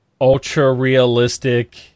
ultra-realistic